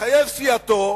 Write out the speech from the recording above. תתחייב סיעתו